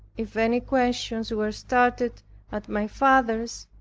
if any questions were started at my father's,